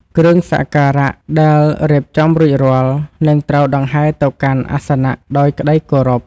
គ្រឿងសក្ការៈដែលរៀបចំរួចរាល់នឹងត្រូវដង្ហែទៅកាន់អាសនៈដោយក្តីគោរព។